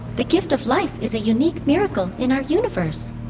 the gift of life is a unique miracle in our universe